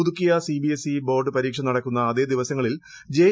പുതുക്കിയ CBSE board പരീക്ഷ നടക്കുന്ന അതേ ദിവസങ്ങളിൽ ജെ